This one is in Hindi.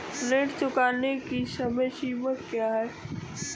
ऋण चुकाने की समय सीमा क्या है?